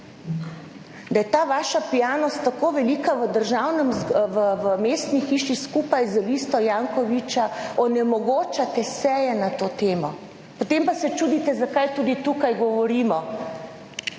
Da je ta vaša pijanost tako velika v državnem, v, v mestni hiši skupaj z listo Jankovića onemogočate seje na to temo, potem pa se čudite, zakaj tudi tukaj govorimo.